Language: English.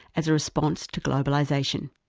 as a response to globalisation.